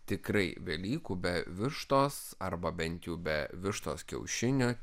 tikrai velykų be vištos arba bent jau be vištos kiaušinių